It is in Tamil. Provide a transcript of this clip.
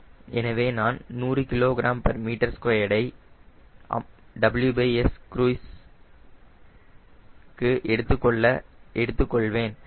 எனவே நான் 100 kgm2 ஐ WS க்ரூய்ஸ் க்கு எடுத்துக் கொள்வேன்